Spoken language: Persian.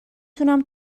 تونم